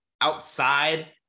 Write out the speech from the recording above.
outside